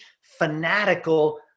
fanatical